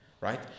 Right